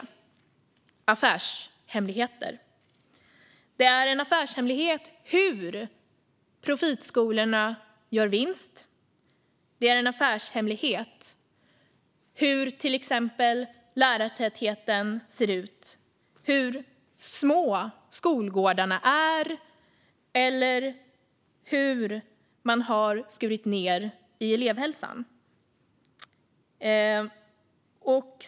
De är affärshemligheter. Det är en affärshemlighet hur profitskolorna gör vinst. Det är affärshemligheter hur till exempel lärartätheten ser ut, hur små skolgårdarna är och hur man har skurit ned i elevhälsan.